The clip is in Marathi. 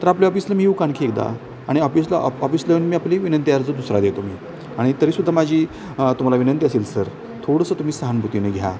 तर आपल्या ऑफिसला मी येऊ का आणखी एकदा आणि ऑफिसला ऑफिसला मी आपली विनंती अर्ज दुसरा देतो मी आणि तरीसुद्दा माझी तुम्हाला विनंती असेल सर थोडंसं तुम्ही सहानुभूतीने घ्या